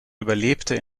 überlebte